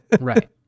Right